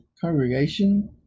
congregation